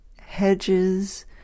hedges